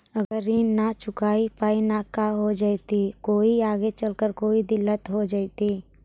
अगर ऋण न चुका पाई न का हो जयती, कोई आगे चलकर कोई दिलत हो जयती?